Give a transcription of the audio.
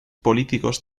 políticos